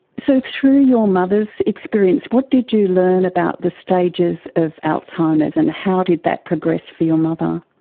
so through your mother's experience, what did you learn about the stages of alzheimer's, and how did that progress for your mother?